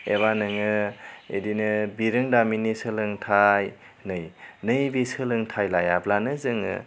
एबा नोङो इदिनो बिरोंदामिननि सोलोंथाइ नै नैबे सोलोंथाइ लायाब्लानो जोङो